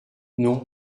non